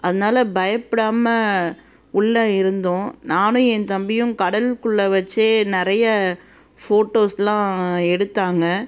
அதனால் பயப்படாம உள்ள இருந்தோம் நானும் என் தம்பியும் கடலுக்குள்ளே வைச்சே நிறைய ஃபோட்டோஸ்ஸெலாம் எடுத்தாங்க